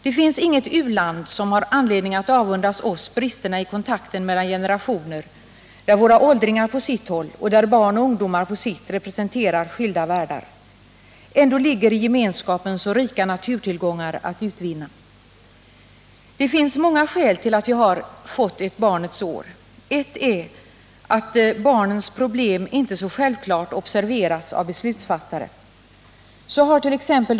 Det finns inget u-land som har anledning att avundas oss bristerna i kontakten mellan generationer, där våra åldringar på sitt håll och våra barn och ungdomar på sitt representerar skilda världar. Ändå ligger det i gemenskapen så rika naturtillgångar att utvinna. Det finns många skäl till att vi har fått ett barnets år. Ett är att barnens problem inte så självklart observeras av beslutsfattare. Så hart.ex.